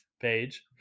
page